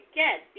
get